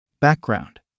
Background